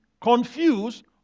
confused